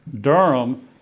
Durham